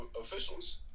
officials